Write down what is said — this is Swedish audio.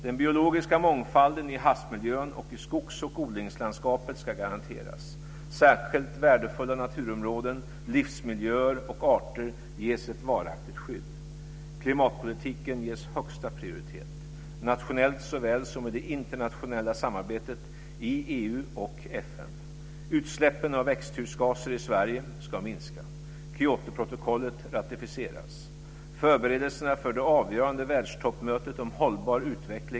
Den biologiska mångfalden i havsmiljön och i skogs och odlingslandskapet ska garanteras. Särskilt värdefulla naturområden, livsmiljöer och arter ges ett varaktigt skydd. Klimatpolitiken ges högsta prioritet, nationellt såväl som i det internationella samarbetet i EU och FN. Utsläppen av växthusgaser i Sverige ska minska.